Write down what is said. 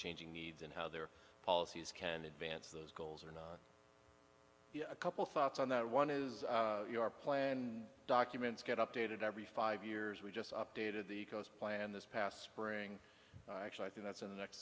changing needs and how their policies can advance those goals are not a couple thoughts on that one is your plan documents get updated every five years we just updated the coast plan this past spring actually i think that's in the next